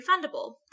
refundable